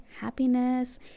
happiness